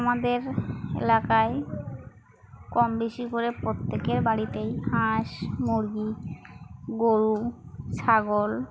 আমাদের এলাকায় কম বেশি করে প্রত্যেকের বাড়িতেই হাঁস মুরগি গরু ছাগল